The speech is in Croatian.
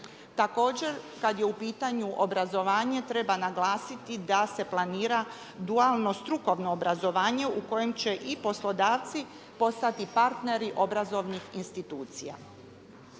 Također, kad je u pitanju obrazovanje, treba naglasiti da se planira dualno strukovno obrazovanje u kojem će i poslodavci postati partneri obrazovnih institucija.